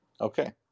Okay